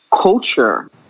culture